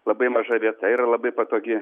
labai maža vieta yra labai patogi